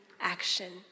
action